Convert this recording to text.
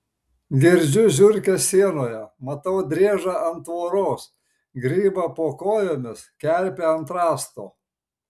girdžiu žiurkes sienoje matau driežą ant tvoros grybą po kojomis kerpę ant rąsto